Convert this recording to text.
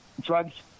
drugs